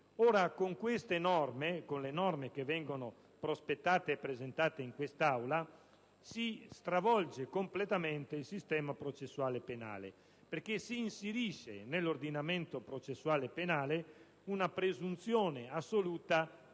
caso concreto. Ora, con le norme che vengono prospettate e presentate in quest'Aula si stravolge completamente il sistema processuale penale, perché si inserisce nell'ordinamento processuale penale una presunzione assoluta